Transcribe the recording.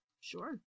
Sure